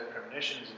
premonitions